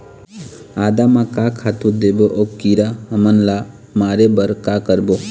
आदा म का खातू देबो अऊ कीरा हमन ला मारे बर का करबो?